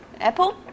Apple